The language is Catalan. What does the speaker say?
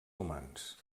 humans